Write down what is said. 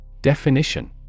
Definition